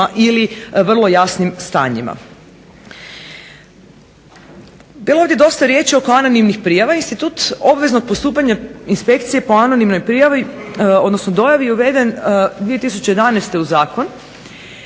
i vrlo jasnim stanjima. Bilo je ovdje riječi oko anonimnih prijava, institut obveznog postupanja inspekcije po anonimnoj dojavi je uveden 2011. u Zakon